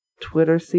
Twitter